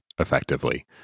Effectively